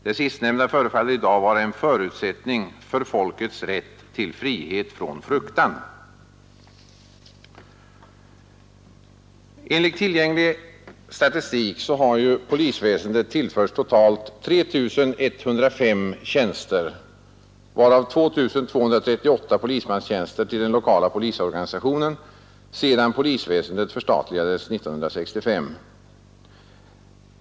Det sistnämnda förefaller i dag vara en förutsättning för folkets rätt till frihet från fruktan.” Enligt tillgänglig statistik har polisväsendet tillförts totalt 3 105 tjänster, varav 2 238 polismanstjänster till den lokala polisorganisationen, sedan polisväsendet förstatligades 1965.